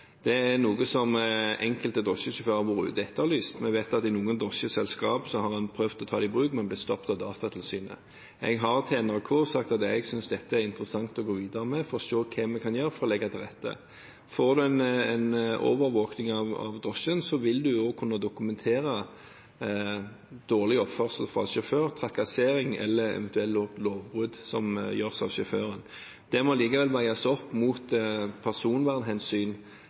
Det er noe som enkelte drosjesjåfører har etterlyst. Vi vet at i noen drosjeselskap har man prøvd å ta det i bruk, men de har blitt stoppet av Datatilsynet. Jeg har sagt til NRK at jeg synes dette er interessant å gå videre med for å se hva vi kan gjøre for å legge til rette. Får man overvåking i drosjen, vil man også kunne dokumentere dårlig oppførsel, trakassering eller eventuelle lovbrudd som gjøres av sjåføren. Dette må likevel veies opp mot personvernhensyn